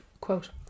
quote